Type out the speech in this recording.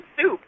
soup